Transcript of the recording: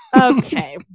Okay